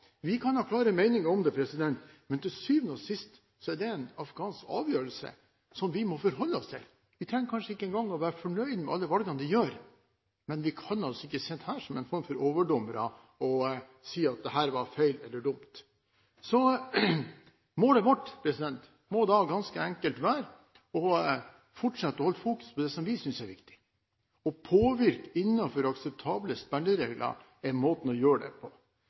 Vi kan ha klare meninger om det, men til syvende og sist er det en afghansk avgjørelse, som vi må forholde oss til. Vi trenger kanskje ikke engang å være fornøyd med alle valgene de gjør, men vi kan ikke sitte her som en form for overdommere og si at dette var feil eller dette var dumt. Målet vårt må ganske enkelt være å fortsette å fokusere på det som vi synes er viktig. Å påvirke innenfor akseptable spilleregler er måten å gjøre det på.